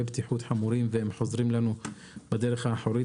בטיחות חמורים והם חוזרים לנו בדרך האחורית,